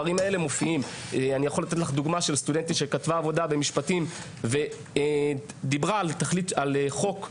אציג דוגמה של סטודנטית שכתבה עבודה במשפטים ודיברה על חוק.